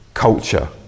culture